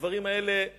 הדברים האלה יתייבשו.